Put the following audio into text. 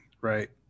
right